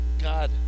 God